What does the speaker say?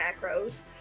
macros